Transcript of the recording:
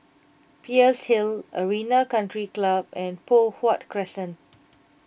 Peirce Hill Arena Country Club and Poh Huat Crescent